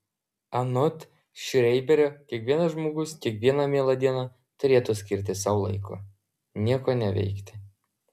anot šreiberio kiekvienas žmogus kiekvieną mielą dieną turėtų skirti sau laiko nieko neveikti